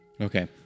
Okay